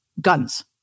Guns